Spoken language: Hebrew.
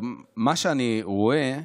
מה שאני רואה,